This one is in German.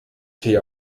tee